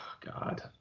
God